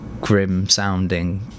grim-sounding